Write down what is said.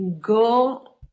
go